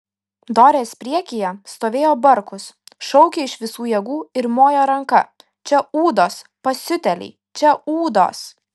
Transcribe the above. dorės priekyje stovėjo barkus šaukė iš visų jėgų ir mojo ranka čia ūdos pasiutėliai čia ūdos